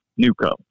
NUCO